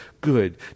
good